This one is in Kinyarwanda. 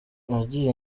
nagiye